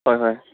হয় হয়